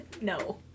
No